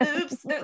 oops